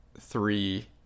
three